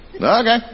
Okay